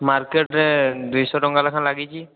ମାର୍କେଟରେ ଦୁଇଶହ ଟଙ୍କା ଲେଖା ଲାଗିକି